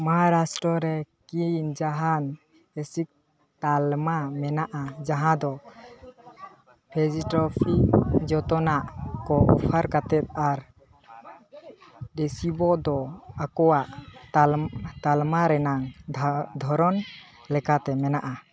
ᱢᱟᱦᱟᱨᱟᱥᱴᱨᱚ ᱨᱮ ᱠᱤ ᱡᱟᱦᱟᱱ ᱮᱥᱤᱠ ᱛᱟᱞᱢᱟ ᱢᱮᱱᱟᱜᱼᱟ ᱡᱟᱦᱟᱸ ᱫᱚ ᱯᱷᱮᱥᱰᱤᱴᱚᱯᱷᱤ ᱡᱚᱛᱚᱱᱟᱜ ᱠᱚ ᱚᱯᱷᱟᱨ ᱠᱟᱛᱮᱫ ᱟᱨ ᱰᱮᱥᱤᱵᱚ ᱫᱚ ᱟᱠᱚᱣᱟᱜ ᱛᱟᱞ ᱛᱟᱞᱢᱟ ᱨᱮ ᱨᱮᱱᱟᱝ ᱫᱷᱟ ᱫᱚᱨᱚᱱ ᱞᱮᱠᱟᱛᱮ ᱢᱮᱱᱟᱜᱼᱟ